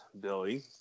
Billy